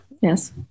Yes